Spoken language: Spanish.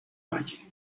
valle